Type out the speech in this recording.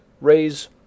raise